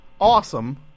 awesome